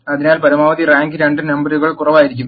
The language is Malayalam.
അതിനാൽ പരമാവധി റാങ്ക് രണ്ട് നമ്പറുകളിൽ കുറവായിരിക്കാം